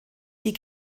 die